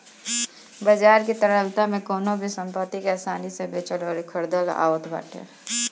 बाजार की तरलता में कवनो भी संपत्ति के आसानी से बेचल अउरी खरीदल आवत बाटे